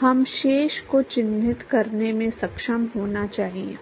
हम शेष को चिह्नित करने में सक्षम होना चाहिए